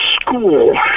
school